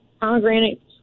pomegranates